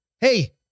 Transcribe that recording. hey